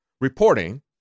reporting